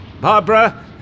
Barbara